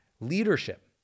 leadership